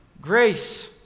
grace